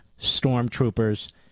stormtroopers